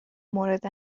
مورد